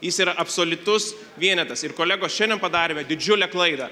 jis yra absoliutus vienetas ir kolegos šiandien padarėme didžiulę klaidą